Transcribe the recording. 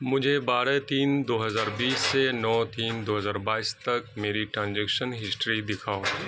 مجھے بارہ تین دو ہزار بیس سے نو تین دو ہزار بائیس تک میری ٹرانجیکشن ہسٹری دکھاؤ